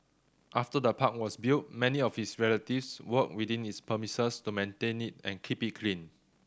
after the park was built many of his relatives worked within its premises to maintain it and keep it clean